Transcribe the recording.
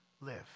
live